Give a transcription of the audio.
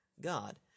God